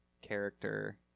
character